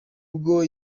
bwo